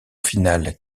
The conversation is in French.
final